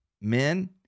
men